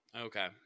okay